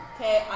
Okay